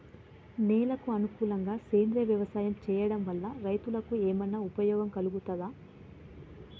నేలకు అనుకూలంగా సేంద్రీయ వ్యవసాయం చేయడం వల్ల రైతులకు ఏమన్నా ఉపయోగం కలుగుతదా?